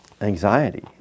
anxiety